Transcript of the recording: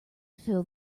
fill